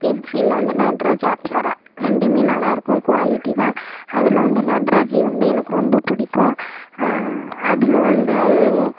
பென்சிலில் வந்து நட்ராஜ் அப்சரா ரெண்டும் நல்லாயிருக்கும் குவாலிட்டி தான் அதில் வந்து நட்ராஜ் வந்து எனக்கு ரொம்ப பிடிக்கும் அதில் வந்து